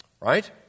Right